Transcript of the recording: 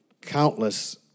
countless